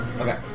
Okay